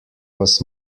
was